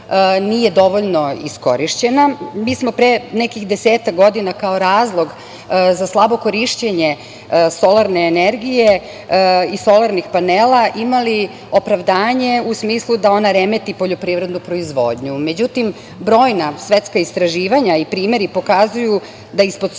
nije dovoljno iskorišćena. Mi smo pre nekih desetak godina kao razlog za slabo korišćenje solarne energije i solarnih panela imali opravdanje u smislu da ona remeti poljoprivrednu proizvodnju. Međutim, brojna svetska istraživanja i primeri pokazuju da ispod solarnih